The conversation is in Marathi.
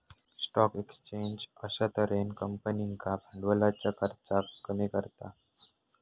स्टॉक एक्सचेंज अश्या तर्हेन कंपनींका भांडवलाच्या खर्चाक कमी करता